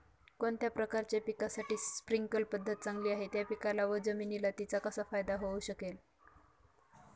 कोणत्या प्रकारच्या पिकासाठी स्प्रिंकल पद्धत चांगली आहे? त्या पिकाला व जमिनीला तिचा कसा फायदा होऊ शकेल?